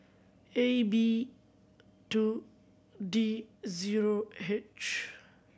A B two D zero H